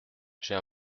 j’ai